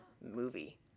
movie